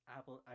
Apple